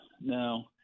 Now